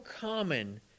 common